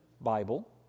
Bible